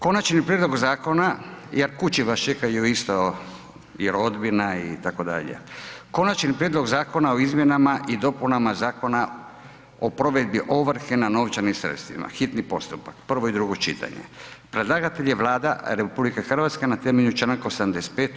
Konačni prijedlog zakona, jer kući vas čekaju isto i rodbina itd. - Konačni prijedlog Zakona o izmjenama i dopunama Zakona o provedbi ovrhe na novčanim sredstvima, hitni postupak, prvo i drugo čitanje, P.Z.E. br. 855 Predlagatelj je Vlada RH na temelju Članka 85.